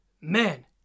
man